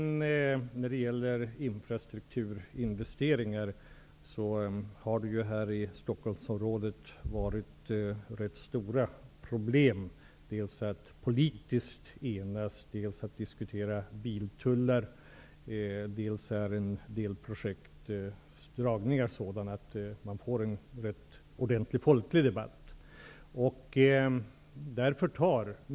När det gäller infrastrukturinvesteringar har det i Stockholmsområdet varit rätt stora problem att enas politiskt. Dels har man diskuterat biltullar, dels är dragningen av en del projekt sådan att man får en rätt ordentlig folklig debatt.